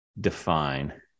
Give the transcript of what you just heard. define